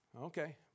Okay